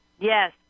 Yes